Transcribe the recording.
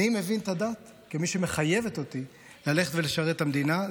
אני מבין את הדת כמי שמחייבת אותי ללכת ולשרת את המדינה.